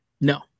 No